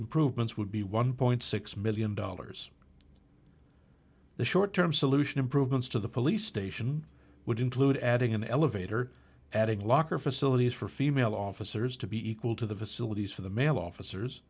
improvements would be one point six million dollars the short term solution improvements to the police station would include adding an elevator adding locker facilities for female officers to be equal to the facilities for the male officers